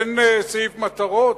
אין סעיף מטרות?